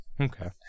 Okay